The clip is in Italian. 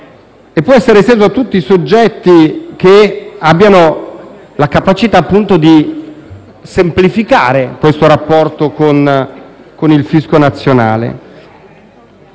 e può essere esteso a tutti i soggetti che abbiano la capacità di semplificare il rapporto con il fisco nazionale.